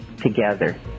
together